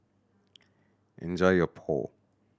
enjoy your Pho